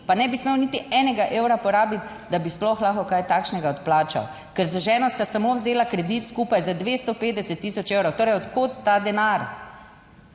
pa ne bi smel niti enega evra porabiti, da bi sploh lahko kaj takšnega odplačal, ker z ženo sta samo vzela kredit, skupaj za 250000 evrov. Torej, od kod ta denar?